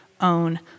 own